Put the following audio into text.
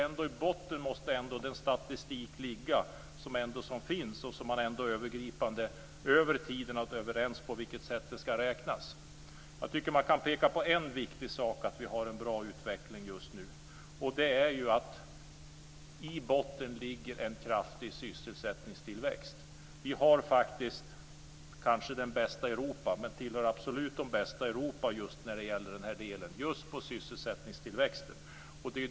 Men i botten måste en statistik finnas, och man måste vara överens om hur den ska räknas över tiden. Det går att peka på en viktig sak för att vi har en bra utveckling just nu, nämligen att i botten ligger en kraftig sysselsättningstillväxt. Vi tillhör absolut de bästa i Europa i sysselsättningstillväxten.